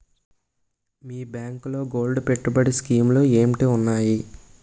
మీ బ్యాంకులో గోల్డ్ పెట్టుబడి స్కీం లు ఏంటి వున్నాయి?